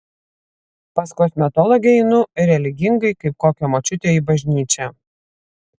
pas kosmetologę einu religingai kaip kokia močiutė į bažnyčią